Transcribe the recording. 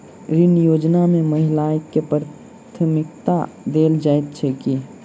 ऋण योजना मे महिलाकेँ प्राथमिकता देल जाइत छैक की?